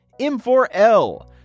M4L